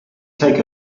take